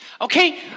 Okay